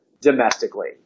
domestically